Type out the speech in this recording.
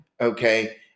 okay